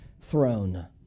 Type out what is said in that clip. throne